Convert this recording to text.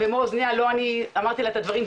לא אני אמרתי לה את הדברים,